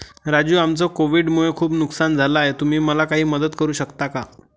राजू आमचं कोविड मुळे खूप नुकसान झालं आहे तुम्ही मला काही मदत करू शकता का?